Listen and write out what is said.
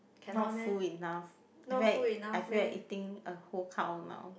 not full enough I feel like I feel like eating a whole cow now